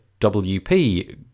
WP